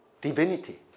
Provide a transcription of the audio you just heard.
divinity